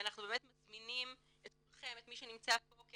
ואנחנו מזמינים את כולכם, כל מי שנמצא פה, כי